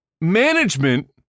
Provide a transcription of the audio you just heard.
management